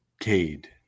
Cade